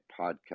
podcast